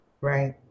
Right